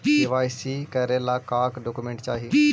KYC करे ला का का डॉक्यूमेंट चाही?